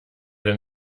denn